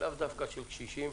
לאו דווקא של קשישים,